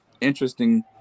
interesting